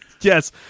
Yes